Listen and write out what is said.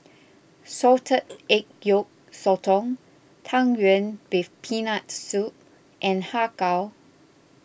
Salted Egg Yolk Sotong Tang Yuen with Peanut Soup and Har Kow